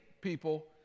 people